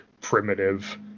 primitive